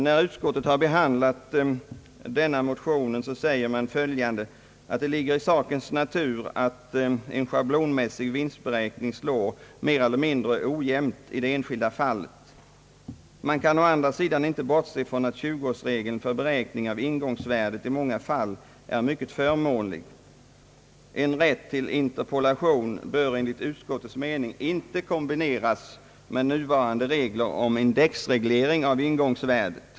När utskottet behandlar motionerna säger utskottet: »Det ligger i sakens natur att en schablonmässig vinstberäkning slår mer eller mindre ojämnt i det enskilda fallet. Man kan å andra sidan inte bortse från att 20 årsregeln för beräkning av ingångsvärdet i många fall är mycket förmånlig. En rätt till interpolation bör enligt utskottets mening inte kombineras med nuvarande regler om indexreglering av ingångsvärdet.